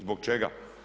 Zbog čega?